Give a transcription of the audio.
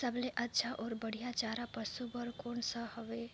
सबले अच्छा अउ बढ़िया चारा पशु बर कोन सा हवय?